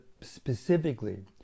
specifically